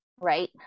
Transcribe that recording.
right